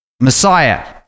Messiah